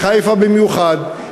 בחיפה במיוחד,